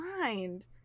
mind